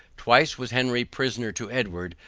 twice was henry prisoner to edward,